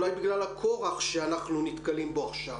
אולי בגלל הכורח שאנחנו נתקלים בו עכשיו.